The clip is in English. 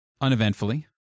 uneventfully